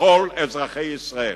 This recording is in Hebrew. לכל אזרחי ישראל.